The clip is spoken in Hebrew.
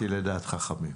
כיוונתי לדעת חכמים.